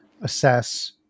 assess